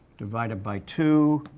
divided by two.